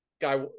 Guy